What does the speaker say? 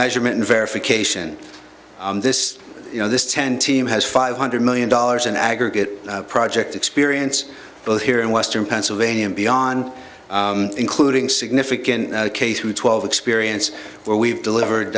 measurement and verification this you know this ten team has five hundred million dollars in aggregate project experience both here in western pennsylvania and beyond including significant k through twelve experience where we've delivered